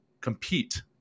compete